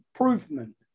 improvement